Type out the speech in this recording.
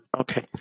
Okay